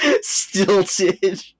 stilted